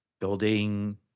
building